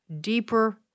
deeper